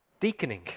Deaconing